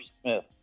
Smith